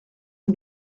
que